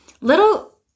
little